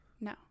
No